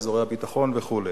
אזורי הביטחון וכו'.